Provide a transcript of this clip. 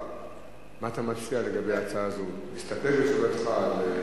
להסתפק בתשובתך?